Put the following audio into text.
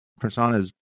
Personas